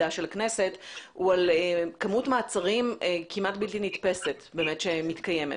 והמידע של הכנסת הוא על כמות מעצרים כמעט בלתי נתפסת שמתקיימת.